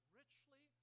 richly